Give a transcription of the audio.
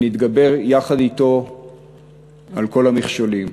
ונתגבר יחד אתו על כל המכשולים.